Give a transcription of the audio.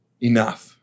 Enough